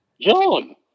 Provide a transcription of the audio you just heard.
John